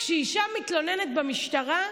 כשאישה מתלוננת במשטרה,